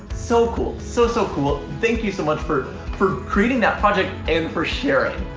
so cool, so, so, cool. thank you so much for for creating that project and for sharing.